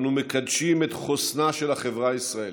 אנו מקדשים את חוסנה של החברה הישראלית.